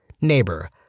Neighbor